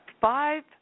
five